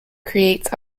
creates